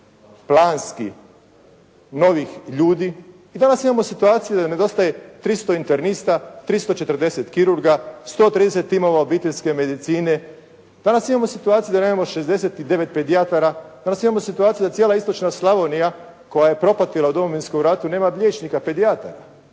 planski novih ljudi i danas imamo situaciju da nedostaje 300 internista, 340 kirurga, 130 timova obiteljske medicine. Danas imamo situaciju da nemamo 69 pedijatara, danas imamo situaciju da cijela istočna Slavonija koja je propatila u Domovinskom ratu nema liječnika pedijatara.